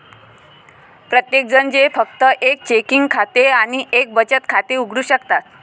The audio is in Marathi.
प्रत्येकजण जे फक्त एक चेकिंग खाते आणि एक बचत खाते उघडू शकतात